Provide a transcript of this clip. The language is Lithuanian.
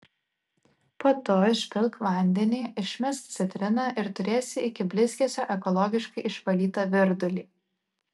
po to išpilk vandenį išmesk citriną ir turėsi iki blizgesio ekologiškai išvalytą virdulį